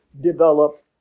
develop